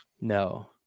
No